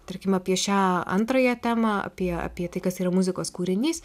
tarkim apie šią antrąją temą apie apie tai kas yra muzikos kūrinys